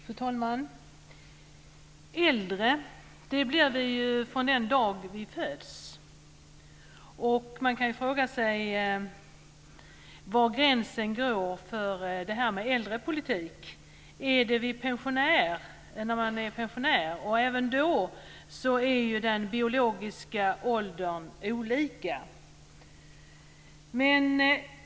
Fru talman! Äldre blir vi ju från den dag när vi föds. Man kan fråga sig var gränsen för äldrepolitiken ska sättas. Börjar man omfattas av denna i och med att man blir pensionär? Människors biologiska ålder är även då olika.